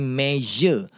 measure